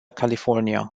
california